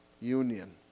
Union